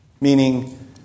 meaning